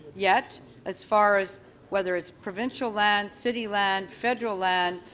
yet as far as whether it's provincial land, city land, federal land,